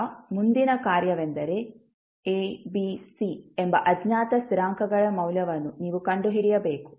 ಈಗ ಮುಂದಿನ ಕಾರ್ಯವೆಂದರೆ A B C ಎಂಬ ಅಜ್ಞಾತ ಸ್ಥಿರಾಂಕಗಳ ಮೌಲ್ಯವನ್ನು ನೀವು ಕಂಡುಹಿಡಿಯಬೇಕು